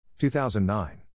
2009